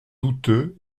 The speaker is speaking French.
douteux